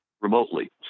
remotely